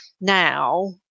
now